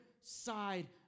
side